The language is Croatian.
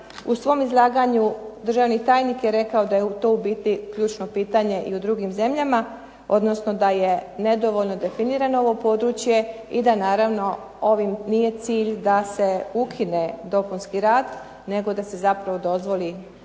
U svom izlaganju državni tajnik je rekao da je to u biti ključno pitanje i u drugim zemljama, odnosno da je nedovoljno definirano ovo područje i da naravno ovim nije cilj da se ukine dopunski rad nego da se zapravo dozvoli dopunski